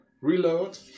Reload